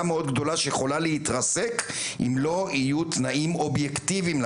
מאוד גדולה שיכולה להתרסק אם לא יהיו תנאים אובייקטיביים.